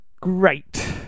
great